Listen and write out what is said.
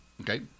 Okay